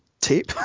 tape